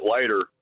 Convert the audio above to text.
later